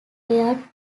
aired